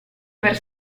per